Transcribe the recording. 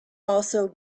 also